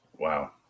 Wow